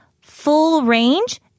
full-range